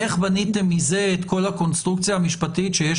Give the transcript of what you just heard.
איך בניתם מזה את כל הקונסטרוקציה המשפטית שיש